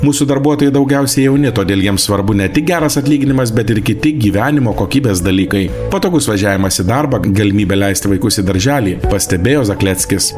mūsų darbuotojai daugiausiai jauni todėl jiems svarbu ne tik geras atlyginimas bet ir kiti gyvenimo kokybės dalykai patogus važiavimas į darbą galimybė leisti vaikus į darželį pastebėjo zakleckis